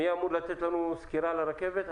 מי אמור לתת לנו סקירה על הרכבת?